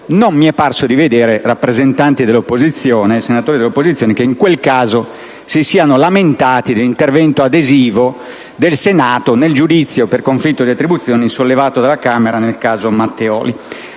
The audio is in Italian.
non mi è parso di vedere senatori dell'opposizione che in quel caso si siano lamentati dell'intervento adesivo del Senato nel giudizio per conflitto di attribuzione sollevato dalla Camera nel caso Matteoli.